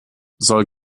soll